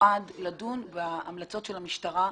נועד לדון בהמלצות של המשטרה.